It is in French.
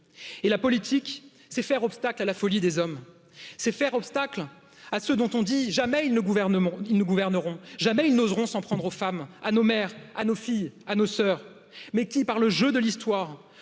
et la politique, c'est faire obstacle à la folie, des hommes, c'est faire obstacle à ce dont on dit jamais ne gouverneront, ne gouverneront jamais, ils n'oseront s'en prendre aux femmes, à nos mères, à nos filles, à noss sœurs